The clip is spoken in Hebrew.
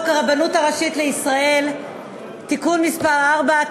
הרבנות הראשית לישראל (תיקון מס' 4),